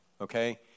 Okay